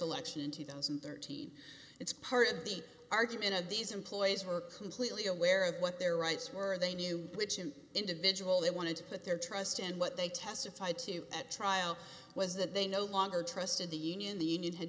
election in two thousand and thirteen it's part of the argument of these employees were completely aware of what their rights were they knew which an individual they wanted to put their trust in what they testified to at trial was that they no longer trusted the union the union had